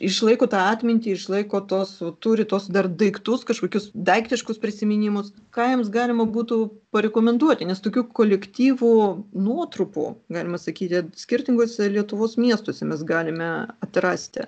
išlaiko tą atmintį išlaiko to su turi tuos dar daiktus kažkokius daiktiškus prisiminimus ką jiems galima būtų parekomenduoti nes tokių kolektyvų nuotrupų galima sakyti skirtinguose lietuvos miestuose mes galime atrasti